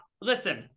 listen